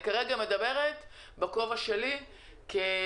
אני כרגע מדברת בכובע שלי כיושבת-ראש